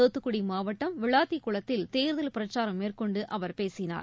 தூத்துக்குடி மாவட்டம் விளாத்திக்குளத்தில் தேர்தல் பிரச்சாரம் மேற்கொண்டு அவர் பேசினார்